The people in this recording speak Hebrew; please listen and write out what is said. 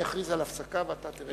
אני אכריז על הפסקה ואתה תרד.